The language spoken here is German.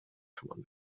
kümmern